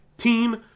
Team